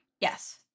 Yes